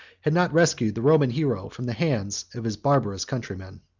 had not rescued the roman hero from the hands of his barbarous countrymen.